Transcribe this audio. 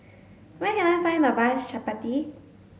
where can I find the best Chappati